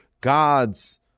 gods